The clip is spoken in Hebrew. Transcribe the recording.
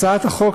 הצעת החוק,